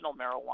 marijuana